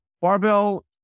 Barbell